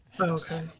Okay